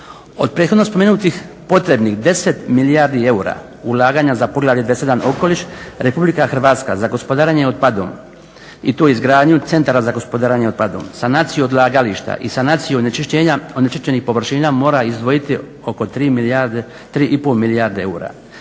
Od prethodno spomenutih potrebnih 10 milijardi eura ulaganja za poglavlje …/Govornik se ne razumije./… okoliš RH za gospodarenje otpadom i to izgradnju centara za gospodarenje otpadom, sanaciju odlagališta i sanaciju onečišćenja, onečišćenih površina mora izdvojiti oko tri i po milijarde eura.